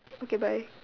okay bye